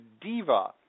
diva